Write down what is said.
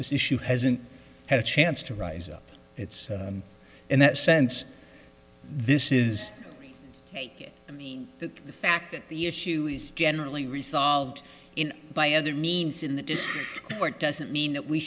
this issue hasn't had a chance to rise up it's in that sense this is that the fact that the issue is generally resolved in by other means in the court doesn't mean that we